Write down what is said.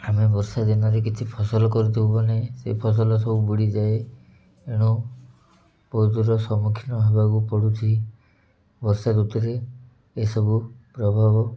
ଆମେ ବର୍ଷା ଦିନରେ କିଛି ଫସଲ କରିଦବୁ ମାନେ ସେ ଫସଲ ସବୁ ବୁଡ଼ିଯାଏ ଏଣୁ ବହୁତର ସମ୍ମୁଖୀନ ହେବାକୁ ପଡ଼ୁଛି ବର୍ଷା ଋତୁରେ ଏସବୁ ପ୍ରଭାବ